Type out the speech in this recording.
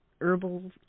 herbal